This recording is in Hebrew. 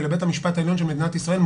ולבית המשפט העליון של מדינת ישראל,